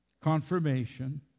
Confirmation